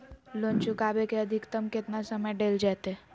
Loan चुकाबे के अधिकतम केतना समय डेल जयते?